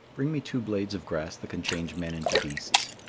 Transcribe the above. bring me two blades of grass that can change men into beasts,